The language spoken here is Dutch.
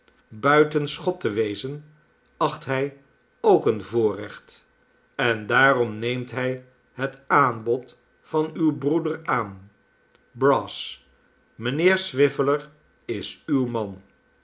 buiten schot te wezen acht hij ook een voorrecht en daarom neemt hij het aanbod van uw broeder aan brass mijnheer swiveller is uw man